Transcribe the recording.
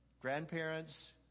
grandparents